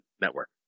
Network